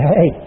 Hey